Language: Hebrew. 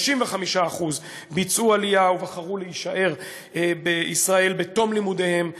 95% ביצעו עלייה ובחרו להישאר בישראל בתום לימודיהם.